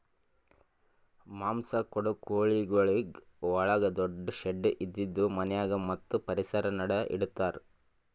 ಮಾಂಸ ಕೊಡೋ ಕೋಳಿಗೊಳಿಗ್ ಒಳಗ ದೊಡ್ಡು ಶೆಡ್ ಇದ್ದಿದು ಮನ್ಯಾಗ ಮತ್ತ್ ಪರಿಸರ ನಡು ಇಡತಾರ್